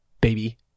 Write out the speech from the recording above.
baby